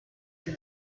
you